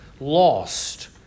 lost